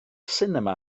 sinema